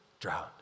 drown